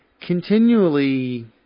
continually